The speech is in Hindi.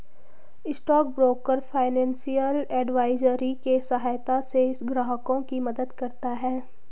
स्टॉक ब्रोकर फाइनेंशियल एडवाइजरी के सहायता से ग्राहकों की मदद करता है